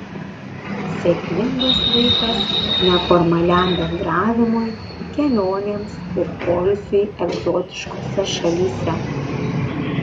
sėkmingas laikas neformaliam bendravimui kelionėms ir poilsiui egzotiškose šalyse